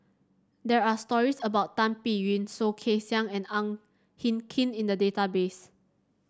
there are stories about Tan Biyun Soh Kay Siang and Ang Hin Kee in the database